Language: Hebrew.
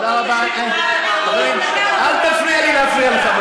חברים, אל תפריע לי להפריע לך.